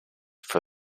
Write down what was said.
for